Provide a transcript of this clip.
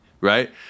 right